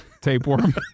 tapeworm